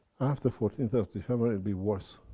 after fourteenth of december it will be worse.